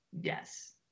yes